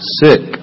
sick